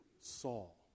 Saul